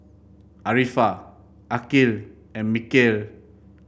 Arifa Aqil and Mikhail